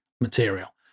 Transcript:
material